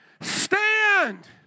Stand